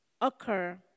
occur